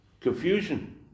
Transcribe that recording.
Confusion